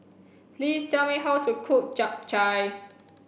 please tell me how to cook chap chai